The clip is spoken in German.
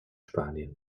spanien